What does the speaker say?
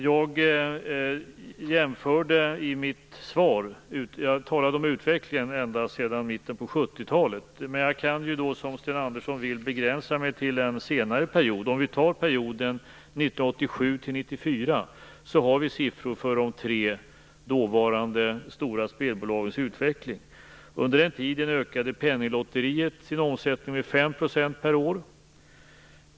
Jag talade i mitt svar om utvecklingen ända sedan mitten på 70-talet. Men jag kan, som Sten Andersson vill, begränsa mig till en senare period. Om vi tar perioden 1987-1994 har vi siffror för de tre dåvarande stora spelbolagens utveckling. Under den tiden ökade Penninglotteriet sin omsättning med 5 % per år.